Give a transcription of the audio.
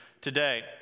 today